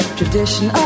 tradition